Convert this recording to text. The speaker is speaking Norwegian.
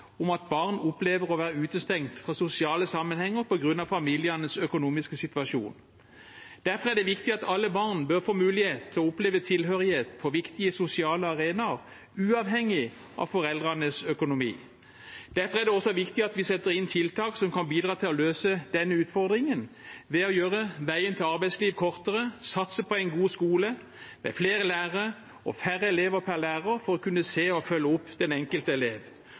om at barn opplever å være utestengt fra sosiale sammenhenger på grunn av familiens økonomiske situasjon. Derfor er det viktig at alle barn bør få mulighet til å oppleve tilhørighet på viktige sosiale arenaer, uavhengig av foreldrenes økonomi. Derfor er det også viktig at vi setter inn tiltak som kan bidra til å løse denne utfordringen, ved å gjøre veien til arbeidsliv kortere, satse på en god skole med flere lærere og færre elever per lærer for å kunne se og følge opp den enkelte elev,